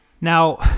Now